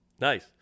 Nice